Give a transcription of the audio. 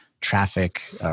traffic